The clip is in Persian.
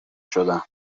شدن